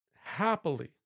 happily